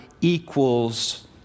equals